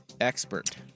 expert